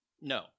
No